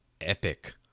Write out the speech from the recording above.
epic